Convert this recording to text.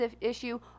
issue